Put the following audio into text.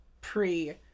pre